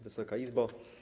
Wysoka Izbo!